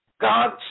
God